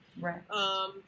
Right